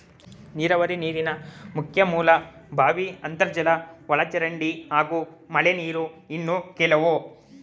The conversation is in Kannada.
ನೀರಾವರಿ ನೀರಿನ ಮುಖ್ಯ ಮೂಲ ಬಾವಿ ಅಂತರ್ಜಲ ಒಳಚರಂಡಿ ಹಾಗೂ ಮಳೆನೀರು ಇನ್ನು ಕೆಲವು